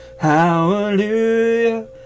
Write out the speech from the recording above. hallelujah